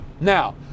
now